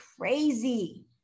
crazy